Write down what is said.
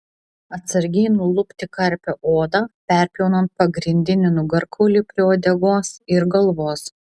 atsargiai nulupti karpio odą perpjaunant pagrindinį nugarkaulį prie uodegos ir galvos